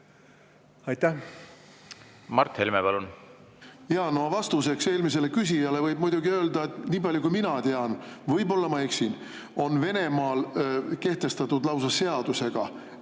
Mart Helme, palun! No vastuseks eelmisele küsijale võib muidugi öelda, et nii palju kui mina tean – võib-olla ma eksin –, on Venemaal kehtestatud lausa seadusega,